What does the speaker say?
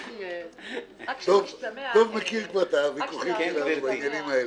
דב מכיר כבר את הוויכוחים שלנו בעניינים האלה.